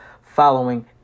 Following